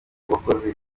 uwakoze